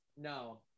No